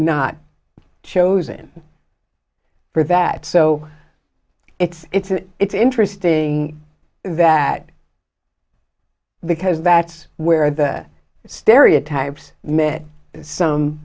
not chosen for that so it's it's it's interesting that because that's where the stereotypes met some